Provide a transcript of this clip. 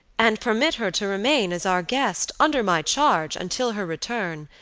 and permit her to remain as our guest, under my charge, until her return,